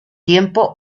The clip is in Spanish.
tiempo